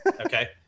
okay